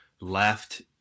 left